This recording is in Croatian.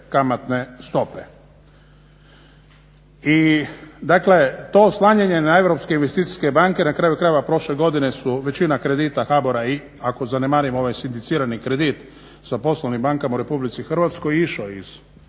kamatne stope. Dakle to oslanjanje na europske investicijske banke na kraju krajeva prošle godine su većina kredita HBOR-a i ako zanemarimo ovaj sindicirani kredit sa poslovnim bankama u Republici Hrvatskoj je išao iz